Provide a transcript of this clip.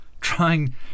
Trying